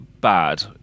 bad